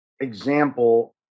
example